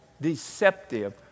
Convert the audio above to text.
deceptive